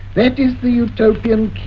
that is the utopian